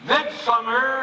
Midsummer